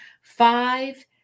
five